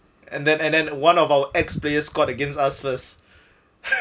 and then and then one of our ex players scored against us first